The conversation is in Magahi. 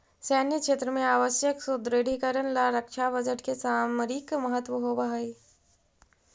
सैन्य क्षेत्र में आवश्यक सुदृढ़ीकरण ला रक्षा बजट के सामरिक महत्व होवऽ हई